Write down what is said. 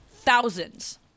thousands